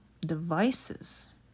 devices